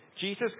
Jesus